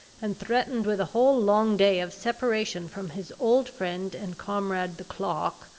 and threatened with a whole long day of separation from his old friend and comrade the clock,